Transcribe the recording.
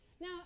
Now